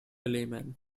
layman